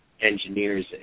engineers